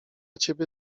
ciebie